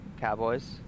Cowboys